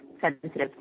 sensitive